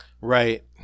Right